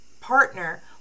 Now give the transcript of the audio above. partner